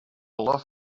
love